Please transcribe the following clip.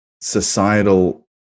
societal